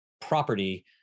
property